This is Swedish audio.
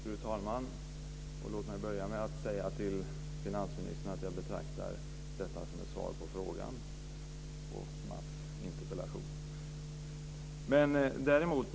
Fru talman! Låt mig börja med att säga till finansministern att jag betraktar detta som ett svar på frågan i Mats interpellation.